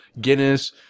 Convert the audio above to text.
Guinness